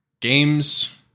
games